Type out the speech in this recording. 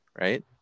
right